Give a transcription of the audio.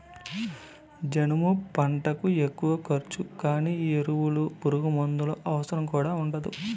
జనుము పంటకు ఎక్కువ ఖర్చు గానీ ఎరువులు పురుగుమందుల అవసరం కూడా ఉండదు